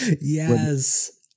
yes